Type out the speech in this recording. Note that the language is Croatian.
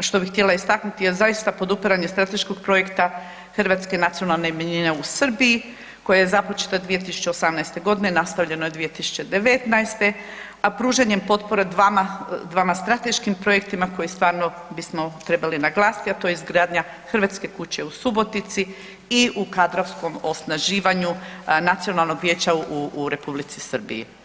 što bi htjela istaknuti je zaista podupiranje strateškog projekta Hrvatske nacionalne manjine u Srbiji koja je započeta 2018. godine, nastavljeno je 2019., a pružanjem potpore dvama strateškim projektima koje stvarno bismo trebali naglasiti, a to je izgradnja Hrvatske kuće u Subotici i u kadrovskom osnaživanju nacionalnog vijeće u Republici Srbiji.